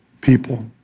people